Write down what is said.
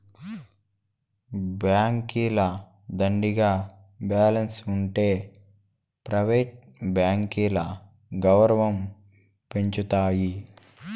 బాంకీల దండిగా బాలెన్స్ ఉంటె ప్రైవేట్ బాంకీల గౌరవం పెంచతాయి